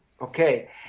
okay